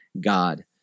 God